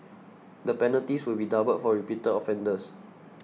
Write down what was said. the penalties will be doubled for repeated offenders